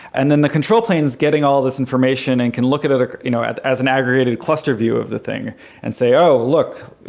and then the control plane is getting all these information and can look at at ah you know as an aggregated cluster view of the thing and say, oh, look.